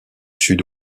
sud